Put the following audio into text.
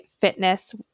fitness